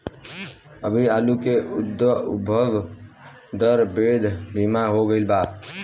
अभी आलू के उद्भव दर ढेर धीमा हो गईल बा